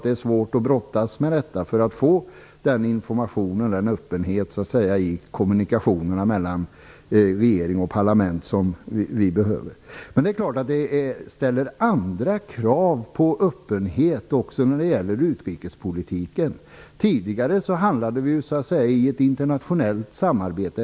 Det är svårt att brottas med detta när det gäller att få den information och den öppenhet i kommunikationerna mellan regering och parlament som vi behöver. Det ställer andra krav på öppenhet också när det gäller utrikespolitiken. Tidigare handlade vi i ett internationellt samarbete.